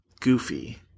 goofy